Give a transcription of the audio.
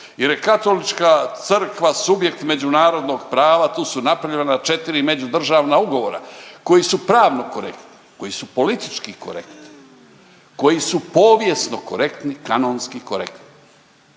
jer je Katolička crkva subjekt međunarodnog prava tu su napravljena 4 međudržavna ugovora koji su pravno korektni, koji su politički korektni, koji su povijesno korektni, kanonski korektni.